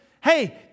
Hey